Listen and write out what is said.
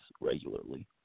regularly